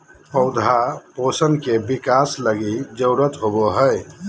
पौधा पोषण के बिकास लगी जरुरत होबो हइ